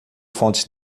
fontes